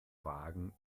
wagen